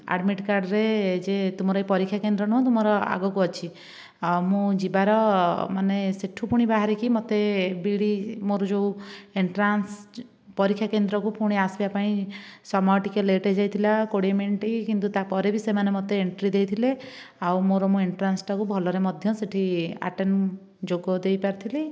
admit କାର୍ଡ଼ରେ ଯେ ତୁମର ଏଇ ପରୀକ୍ଷା କେନ୍ଦ୍ର ନୁହଁ ତୁମର ଆଗକୁ ଅଛି ଆଉ ମୁଁ ଯିବାର ମାନେ ସେଠୁ ପୁଣି ବାହାରିକି ମୋତେ ବି ଇ ଡି ମୋର ଯେଉଁ ଏଣ୍ଟ୍ରାନ୍ସ ପରୀକ୍ଷା କେନ୍ଦ୍ରକୁ ପୁଣି ଆସିବା ପାଇଁ ସମୟ ଟିକେ ଲେଟ୍ ହୋଇଯାଇଥିଲା କୋଡ଼ିଏ ମିନିଟ କିନ୍ତୁ ତାପରେ ବି ସେମାନେ ମୋତେ ଏଣ୍ଟ୍ରି ଦେଇଥିଲେ ଆଉ ମୋର ମୁଁ ଏଣ୍ଟ୍ରାସଟାକୁ ଭଲରେ ମଧ୍ୟ ସେଠି ଆଟେଣ୍ଡ ଯୋଗ ଦେଇପାରିଥିଲି